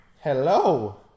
hello